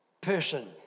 person